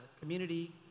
community